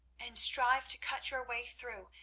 and strive to cut your way through,